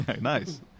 Nice